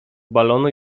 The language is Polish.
balonu